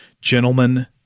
gentlemen